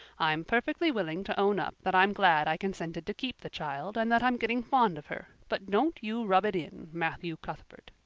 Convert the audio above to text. i'm perfectly willing to own up that i'm glad i consented to keep the child and that i'm getting fond of her, but don't you rub it in, matthew cuthbert.